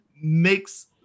makes